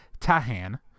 Tahan